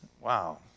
Wow